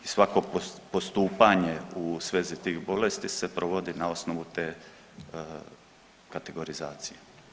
I svako postupanje u svezi tih bolesti se provodi na osnovu te kategorizacije.